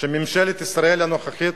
שממשלת ישראל הנוכחית